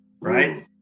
Right